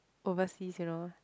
overseas you know